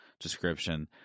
description